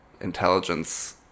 intelligence